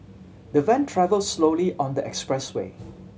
the van travelled slowly on the expressway